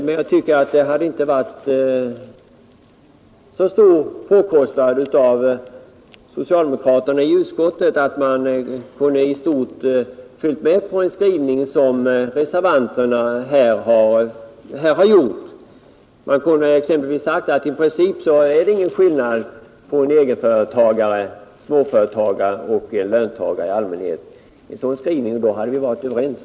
Det borde enligt min mening inte ha varit omöjligt för socialdemokraterna i utskottet att i stort gå med på den skrivning reservanterna stannat för här. Man kunde exempelvis ha sagt att det i princip inte är någon skillnad på en småföretagare och en löntagare i allmänhet. Med en sådan skrivning hade vi varit överens.